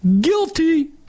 Guilty